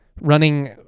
running